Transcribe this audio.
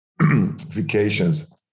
vacations